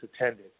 attended